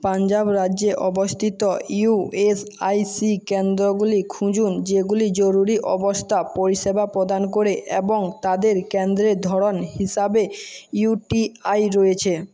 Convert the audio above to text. পঞ্জাব রাজ্যে অবস্থিত E S I C কেন্দ্রগুলি খুঁজুন যেগুলি জরুরি অবস্থা পরিষেবা প্রদান করে এবং তাদের কেন্দ্রের ধরন হিসাবে ইউ টি আই রয়েছে